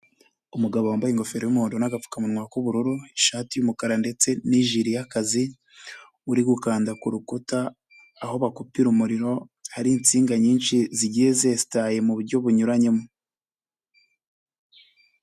Umugabo wambaye ingofero y'umuhondo n'agapfukamunwa k'ubururu, ishati y'umukara ndetse n'ijiri y'akazi, uri gukanda ku rukuta aho bakupira umuriro, hari insinga nyinshi zigiye zesitaye mu buryo bunyuranyemo.